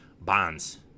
bonds